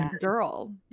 girl